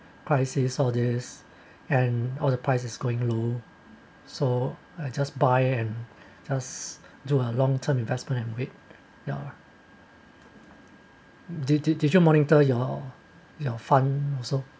crisis all these and all the price is going low so I just buy and just do a long term investment and wait ya lah did did did you monitor your your fund also